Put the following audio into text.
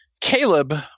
Caleb